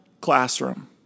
classroom